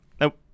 Nope